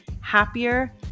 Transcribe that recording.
happier